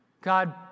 God